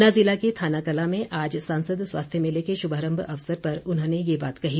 ऊना जिला के थानाकलां में आज सांसद स्वास्थ्य मेले के शुभारंभ अवसर पर उन्होंने यह बात कही